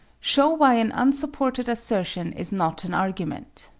show why an unsupported assertion is not an argument.